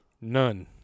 None